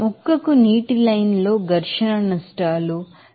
మొక్కకు నీటి లైన్ లో ఫ్రిక్షన్ లాస్ లు సెకనుకు 0